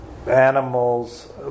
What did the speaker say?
animals